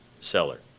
seller